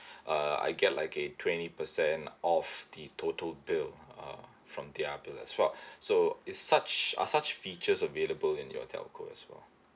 uh I get like a twenty percent off the total bill uh from their plans as well so is such are such features available in your telco as well